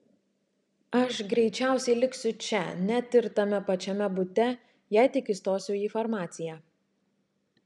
aš greičiausiai liksiu čia net ir tame pačiame bute jei tik įstosiu į farmaciją